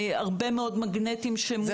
הרבה מאוד מגנטים שמודבקים.